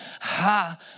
ha